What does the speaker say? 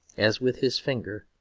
as with his finger,